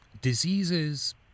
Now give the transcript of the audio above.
diseases